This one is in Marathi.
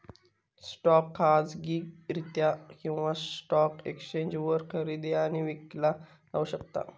स्टॉक खाजगीरित्या किंवा स्टॉक एक्सचेंजवर खरेदी आणि विकला जाऊ शकता